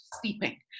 sleeping